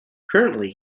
currently